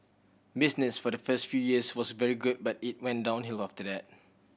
business for the first few years was very good but it went downhill after that